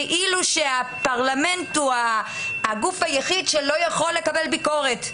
כאילו הפרלמנט הוא הגוף היחיד שלא יכול לקבל ביקורת.